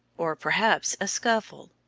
or perhaps a scuffle.